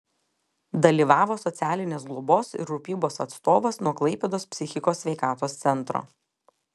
dalyvavo socialinės globos ir rūpybos atstovas nuo klaipėdos psichikos sveikatos centro